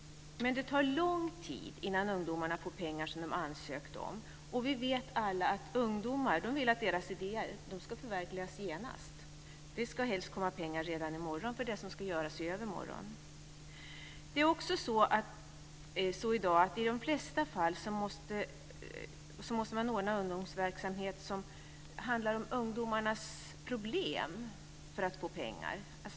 Men det tar lång tid innan ungdomarna får pengar som de ansökt om, och vi vet alla att ungdomar vill att deras idéer ska förverkligas genast. Det ska helst komma pengar redan i morgon för det som ska göras i övermorgon. Det är också så i dag att man i de flesta fall måste ordna ungdomsverksamhet som handlar om ungdomarnas problem för att få pengar.